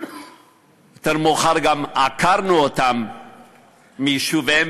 יותר מאוחר גם עקרנו אותם מיישוביהם.